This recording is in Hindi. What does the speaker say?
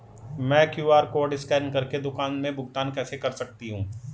मैं क्यू.आर कॉड स्कैन कर के दुकान में भुगतान कैसे कर सकती हूँ?